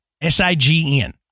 S-I-G-N